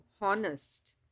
honest